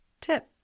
tip